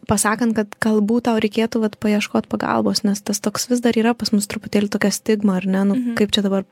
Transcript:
pasakant kad galbūt tau reikėtų paieškot pagalbos nes tas toks vis dar yra pas mus truputėlį tokia stigma ar ne nu kaip čia dabar